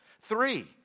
Three